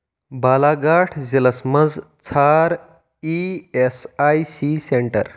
بالاگھاٹ ضلعس مَنٛز ژھانڑ E S I C centre